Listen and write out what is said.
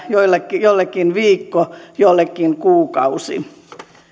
jollekin jollekin viikko jollekin kuukausi